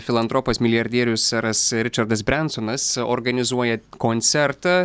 filantropas milijardierius seras ričardas brensonas organizuoja koncertą